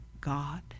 God